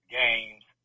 games